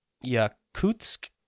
Yakutsk